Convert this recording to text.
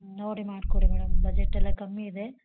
ನೋಡಿ ಮಾಡಿಕೊಡಿ madam budget ಎಲ್ಲ ಕಮ್ಮಿ ಇದೆ